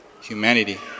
humanity